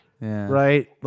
right